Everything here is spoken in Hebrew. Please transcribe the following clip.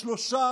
לשלושה